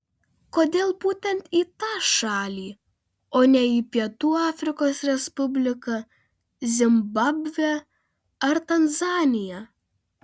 kodėl būtent į tą šalį o ne į pietų afrikos respubliką zimbabvę ar tanzaniją